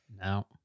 No